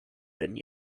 and